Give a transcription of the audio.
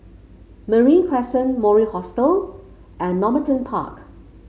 Marine Crescent Mori Hostel and Normanton Park